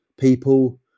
people